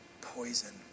poison